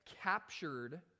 captured